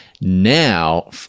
now